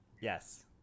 Yes